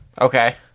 Okay